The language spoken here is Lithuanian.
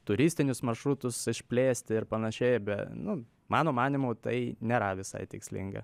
turistinius maršrutus išplėsti ir panašiai be nu mano manymu tai nėra visai tikslinga